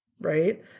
right